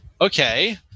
Okay